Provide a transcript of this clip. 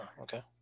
okay